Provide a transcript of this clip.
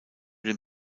den